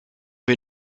wir